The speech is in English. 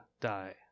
die